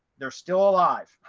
they're still alive,